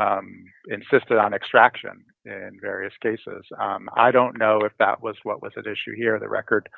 just insisted on extraction and various cases i don't know if that was what was at issue here the record